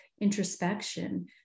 Introspection